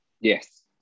yes